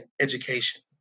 education